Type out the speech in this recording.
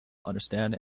understand